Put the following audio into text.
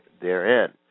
therein